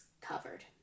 covered